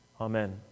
Amen